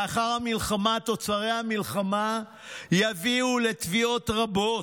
לאחר המלחמה תוצרי המלחמה יביאו לתביעות רבות.